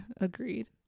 agreed